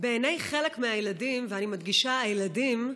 בעיני חלק מהילדים, ואני מדגישה: הילדים,